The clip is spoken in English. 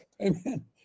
amen